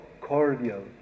cordial